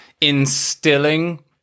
instilling